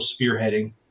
spearheading